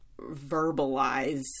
verbalize